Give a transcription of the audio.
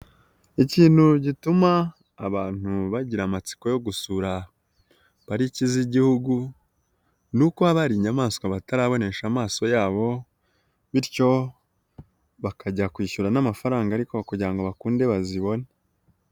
Ikintu gituma abantu bagira amatsiko yo gusura pariki z'igihugu, ni uko haba hari inyamaswa batarabonesha amaso yabo bityo bakajya kwishyura n'amafaranga ariko kugira ngo bakunde bazibone.